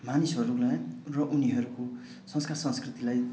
मानिसहरूमा र उनीहरूको संस्कार संस्कृतिलाई